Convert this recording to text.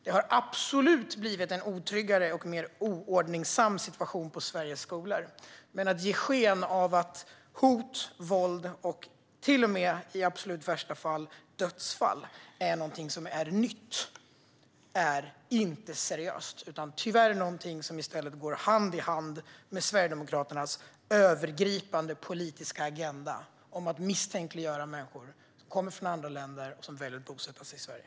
Det har absolut blivit en otryggare och mindre ordningsam situation på Sveriges skolor, men att ge sken av att hot, våld och till och med - i absolut värsta fall - dödsfall är något nytt är inte seriöst. Det är i stället någonting som tyvärr går hand i hand med Sverigedemokraternas övergripande politiska agenda - att misstänkliggöra människor som kommer från andra länder och väljer att bosätta sig i Sverige.